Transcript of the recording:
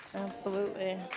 absolutely.